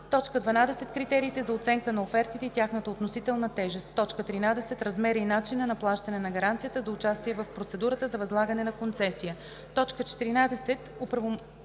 „12. критериите за оценка на офертите и тяхната относителна тежест; 13. размера и начина на плащане на гаранцията за участие в процедурата за възлагане на концесия; 14.